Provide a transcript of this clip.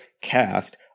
cast